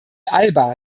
alba